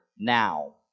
Now